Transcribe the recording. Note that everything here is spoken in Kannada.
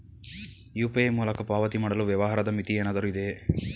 ಯು.ಪಿ.ಐ ಮೂಲಕ ಪಾವತಿ ಮಾಡಲು ವ್ಯವಹಾರದ ಮಿತಿ ಏನಾದರೂ ಇದೆಯೇ?